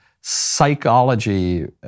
psychology